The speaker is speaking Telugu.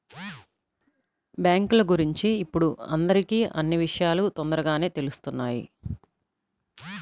బ్యేంకుల గురించి ఇప్పుడు అందరికీ అన్నీ విషయాలూ తొందరగానే తెలుత్తున్నాయి